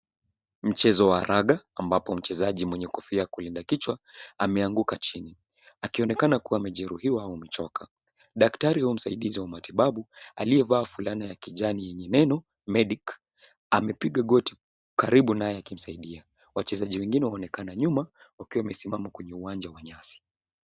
Mchezo wa raga, ambapo mchezaji mwenye kofia ya kulinda kichwa, ameanguka chini, akionekana kuwa amejeruhiwa au amechoka. Daktari au msaidizi wa matibabu, aliyevaa fulana ya kijani yenye neno medic , amepiga goti karibu naye akimsaidia. Wachezaji wengine wanaonekana nyuma wakiwa wamesimama kwenye uwanja wa nyasi.